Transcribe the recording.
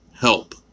help